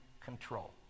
control